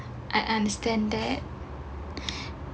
I understand that